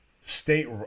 State